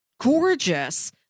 gorgeous